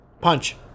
Punch